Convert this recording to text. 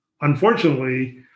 unfortunately